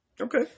Okay